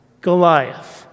Goliath